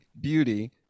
beauty